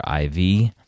IV